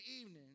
evening